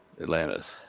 Atlantis